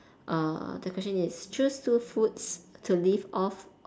the question is choose two food to live off